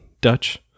dutch